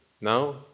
Now